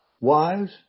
Wives